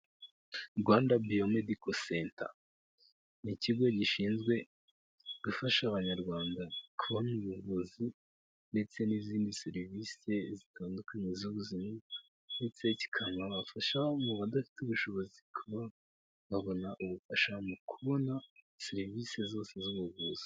Rwanda Bio Medical Center, n'ikigo gishinzwe gufasha abanyarwanda kubona ubuvuzi ndetse n'izindi serivisi zitandukanye z'ubuzima, ndetse kinabafasha mu badafite ubushobozi kuba babona ubufasha mu kubona serivisi zose z'ubuvuzi.